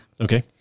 Okay